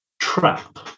trap